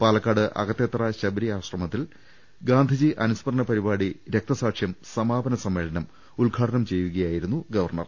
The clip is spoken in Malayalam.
പാലക്കാട് അകത്തേത്തറ ശബരി ആശ്രമത്തിൽ ഗാന്ധിജി അനുസ്മരണ പരിപാടി രക്തസാക്ഷ്യം സമാപന സമ്മേളനം ഉദ്ഘാ ടനം ചെയ്യുകയായിരുന്നു ഗവർണർ